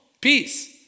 peace